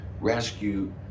Rescue